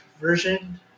version